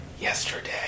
yesterday